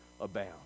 abound